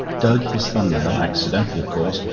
dug his thumb-nail, accidentally of course,